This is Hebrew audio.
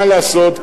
מה לעשות,